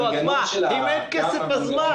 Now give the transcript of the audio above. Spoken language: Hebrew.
נו, אם אין כסף אז מה?